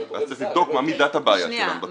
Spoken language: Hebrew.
אז צריך לבדוק מה מידת הבעיה שלנו בתחום.